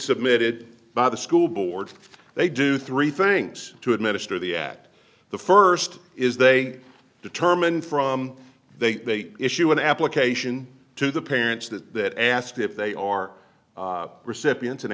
submitted by the school board they do three things to administer the act the first is they determine from they issue an application to the parents that that asked if they are recipients and